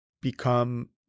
become